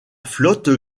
flotte